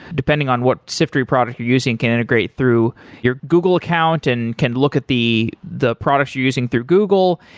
depending on what siftery product you're using can integrate through your google account and can look at the the products you're using through google.